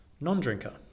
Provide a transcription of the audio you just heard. non-drinker